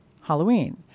Halloween